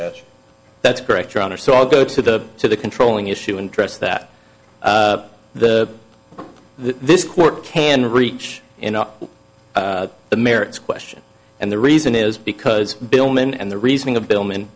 goebbels that's correct your honor so i'll go to the to the controlling issue and trust that the this court can reach an up the merits question and the reason is because billman and the reasoning of bil